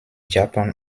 japan